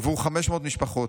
עבור 500 משפחות,